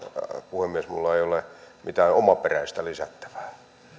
puhemies minulla ei ole mitään omaperäistä lisättävää